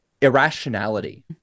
irrationality